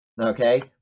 Okay